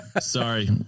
Sorry